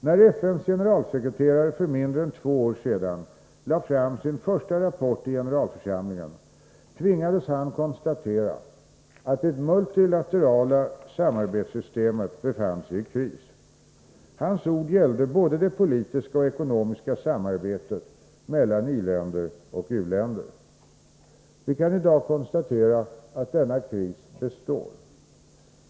När FN:s generalsekreterare för mindre än två år sedan lade fram sin första rapport till generalförsamlingen tvingades han konstatera att det multilaterala samarbetssystemet befann sig i kris. Hans ord gällde både det politiska och det ekonomiska samarbetet mellan i-länder och u-länder. Vi kan i dag konstatera att denna kris består.